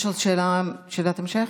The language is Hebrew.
יש עוד שאלת המשך?